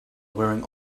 wearing